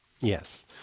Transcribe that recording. yes